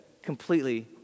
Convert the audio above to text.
Completely